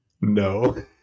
No